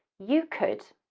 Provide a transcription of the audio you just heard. you could